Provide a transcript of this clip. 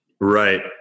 Right